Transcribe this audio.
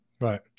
Right